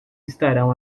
estarão